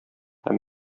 һәм